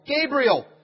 Gabriel